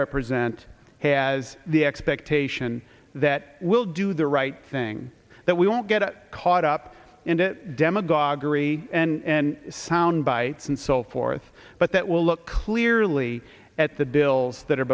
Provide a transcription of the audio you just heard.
represent has the expectation that we'll do the right thing that we don't get caught up in the demagoguery and soundbites and so forth but that will look clearly at the bills that are